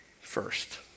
first